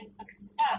accept